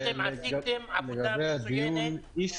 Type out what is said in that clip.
גיל, עשיתם עבודה מצוינת.